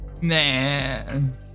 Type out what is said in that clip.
man